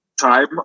time